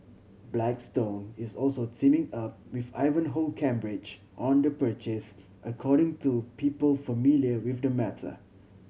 blackstone is also teaming up with Ivanhoe Cambridge on the purchase according to people familiar with the matter